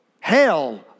hell